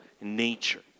nature